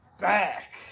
back